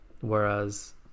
whereas